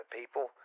people